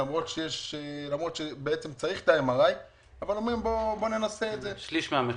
למרות שצריך בדיקת MRI. שליש מהמחיר.